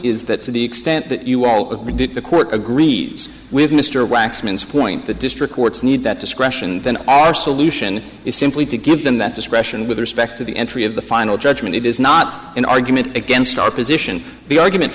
is that to the extent that you all did the court agrees with mr waxman's point the district courts need that discretion than our solution is simply to give them that discretion with respect to the entry of the final judgment it is not an argument against our position the argument